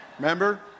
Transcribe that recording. remember